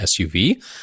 SUV